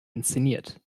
inszeniert